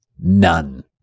None